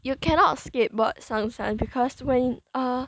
you cannot skateboard 上山 because when uh